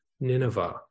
Nineveh